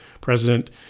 president